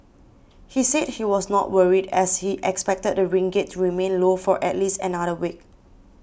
he said he was not worried as he expected the ringgit remain low for at least another week